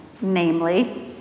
Namely